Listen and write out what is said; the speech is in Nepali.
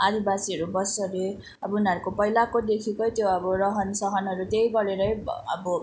आदिवासीहरू बस्छ हरे अब उनीहरूको पहिलाको देखिकै त्यो अब रहन सहनहरू त्यही गरेरै अब